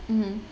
mmhmm